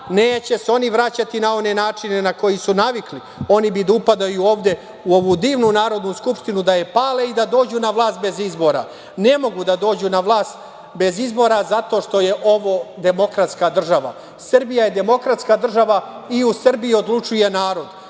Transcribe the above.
evra. Neće se oni vraćati na one načine na koji su navikli, oni bi da upadaju ovde u ovu divnu Narodnu skupštinu da je pale i da dođu na vlast bez izbora. Ne mogu da dođu na vlast bez izbora zato što je ovo demokratska država. Srbija je demokratska država i u Srbiji odlučuje narod.